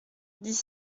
dix